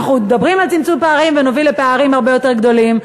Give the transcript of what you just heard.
אנחנו מדברים על צמצום פערים ונוביל לפערים הרבה יותר גדולים.